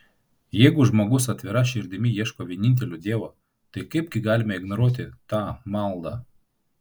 jeigu žmogus atvira širdimi ieško vienintelio dievo tai kaipgi galime ignoruoti tą maldą